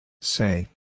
Say